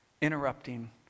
interrupting